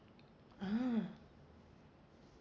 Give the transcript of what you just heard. ah